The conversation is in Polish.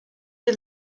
wie